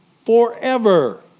forever